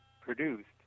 produced